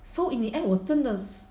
so in the end 我真的是